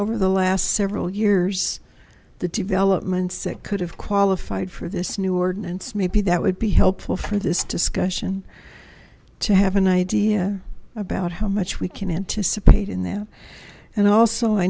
over the last several years the developments it could have qualified for this new ordinance maybe that would be helpful for this discussion to have an idea about how much we can anticipate in them and also i